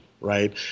right